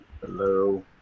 Hello